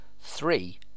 Three